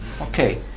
Okay